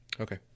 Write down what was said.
Okay